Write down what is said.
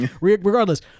regardless